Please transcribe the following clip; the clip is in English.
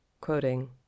quoting